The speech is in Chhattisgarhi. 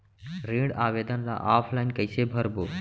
ऋण आवेदन ल ऑफलाइन कइसे भरबो?